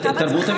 ואתה בעצמך,